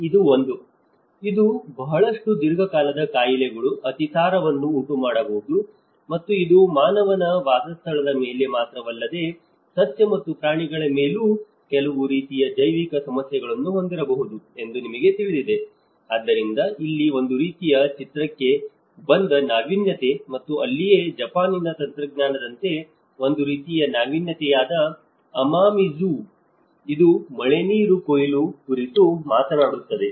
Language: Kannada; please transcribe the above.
ಇದು ಒಂದು ಇದು ಬಹಳಷ್ಟು ದೀರ್ಘಕಾಲದ ಕಾಯಿಲೆಗಳು ಅತಿಸಾರವನ್ನು ಉಂಟುಮಾಡಬಹುದು ಮತ್ತು ಇದು ಮಾನವನ ವಾಸಸ್ಥಳದ ಮೇಲೆ ಮಾತ್ರವಲ್ಲದೆ ಸಸ್ಯ ಮತ್ತು ಪ್ರಾಣಿಗಳ ಮೇಲೂ ಕೆಲವು ರೀತಿಯ ಜೈವಿಕ ಸಮಸ್ಯೆಗಳನ್ನು ಹೊಂದಿರಬಹುದು ಎಂದು ನಿಮಗೆ ತಿಳಿದಿದೆ ಆದ್ದರಿಂದ ಅಲ್ಲಿ ಒಂದು ರೀತಿಯ ಚಿತ್ರಕ್ಕೆ ಬಂದ ನಾವೀನ್ಯತೆ ಮತ್ತು ಅಲ್ಲಿಯೇ ಜಪಾನಿನ ತಂತ್ರಜ್ಞಾನದಂತೆ ಒಂದು ರೀತಿಯ ನಾವೀನ್ಯತೆಯಾದ Amamizu ಇದು ಮಳೆನೀರು ಕೊಯ್ಲು ಕುರಿತು ಮಾತನಾಡುತ್ತದೆ